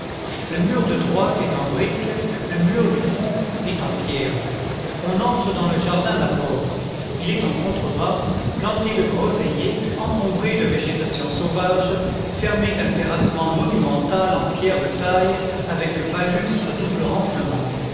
le mur de droite est en brique le mur du fond est en pierre on entre dans le jardin d'abord il est en contrebas planté de groseilliers encombré de végétations sauvages fermé d'un terrassement monumental en pierre de taille avec balustres à double renflement